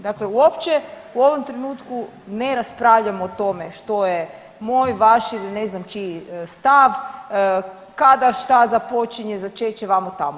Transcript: Dakle, uopće u ovom trenutnu ne raspravljamo o tome što moj, vaš ili ne znam čiji stav, kada šta započinje, začeće, vamo tamo.